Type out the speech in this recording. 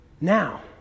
now